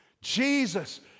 Jesus